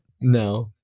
no